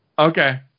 Okay